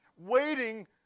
Waiting